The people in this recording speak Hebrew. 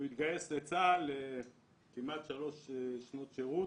הוא התגייס לצה"ל לשלוש שנות שירות,